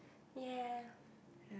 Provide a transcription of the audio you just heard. ya